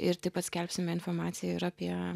ir taip pat skelbsime informaciją ir apie